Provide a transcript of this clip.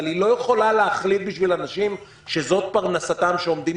אבל היא לא יכולה להחליט בשביל אנשים שזאת פרנסתם שעומדים